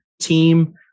team